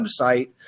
website